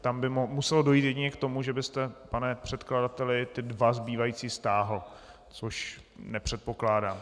Tam by muselo dojít jedině k tomu, že byste, pane předkladateli, ty dva zbývající stáhl, což nepředpokládám.